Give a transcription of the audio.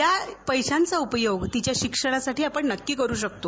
या पैशांचा उपयोग तिच्या शिक्षणासाठी नक्की करू शकतो